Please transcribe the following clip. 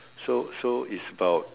so so is about